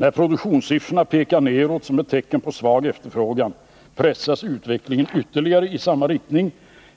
När produktionssiffrorna pekar neråt som ett tecken på svag efterfrågan, pressas den utvecklingen ytterligare i samma riktning